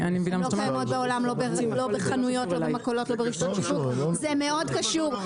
זה מאוד קשור,